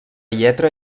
lletra